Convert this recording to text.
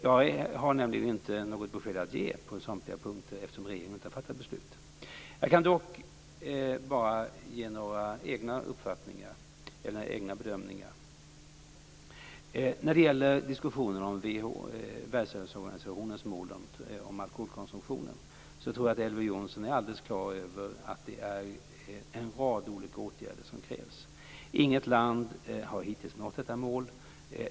Jag har således, och det gäller samtliga punkter, inga besked att ge just därför att regeringen inte har fattat beslut. Jag kan dock ge några egna bedömningar. När det gäller diskussionen om Världshälsoorganisationens mål om alkoholkonsumtionen tror jag att Elver Jonsson är alldeles klar över att det krävs en rad olika åtgärder. Inget land har hittills nått detta mål.